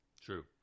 true